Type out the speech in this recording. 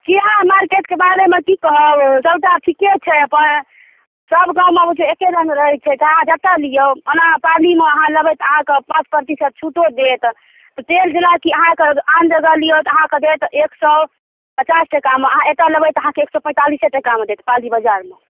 किराना मार्केटके बारेमे की कहब सभटा ठीके छै अपन सभ गाममे एक्के रङ्ग रहै छै अहाँ जतय लियौ ओना पालीमे अहाँ लेबै तऽ अहाँके पाँच प्रतिशत छूटो देत तऽ तेल जेनाकि अहाँकेँ आन जगह लियौ तऽ अहाँकेँ देत एक सए पचास टाकामे अहाँ एतय लेबै तऽ अहाँकेँ एक सए पैंतालिसे टाकामे देत पाली बाजारमे